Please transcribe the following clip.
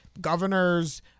governors